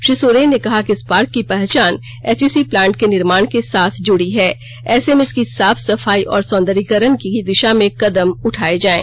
श्री सोरेन ने कहा कि इस पार्क की पहचान एचईसी प्लांट के निर्माण के साथ जुडी है ऐसे में इसकी साफ सफाई और सौंदर्यीकरण की दिशा में कदम उठाए जाएं